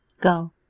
Go